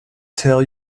tell